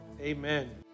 Amen